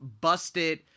busted